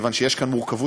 כיוון שיש כאן מורכבות,